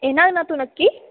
येणार ना तू नक्की